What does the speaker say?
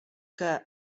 que